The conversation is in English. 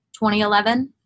2011